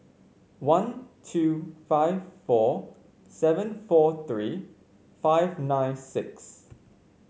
one two five four seven four three five nine six